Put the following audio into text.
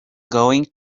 going